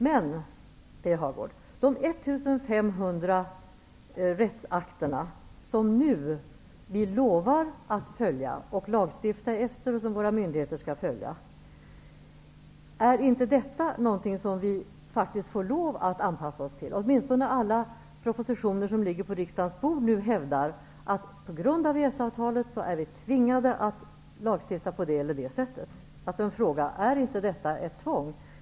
Men, Birger Hagård, är inte de 1 500 rättsakter som vi nu lovar att följa och lagstifta efter och som våra myndigheter skall följa någonting som vi faktiskt får lov att anpassa oss till? Alla propositioner som ligger på riksdagens bord nu hävdar åtminstone att vi på grund av EES-avtalet är tvingade att lagstifta på dessa sätt. Är inte detta ett tvång?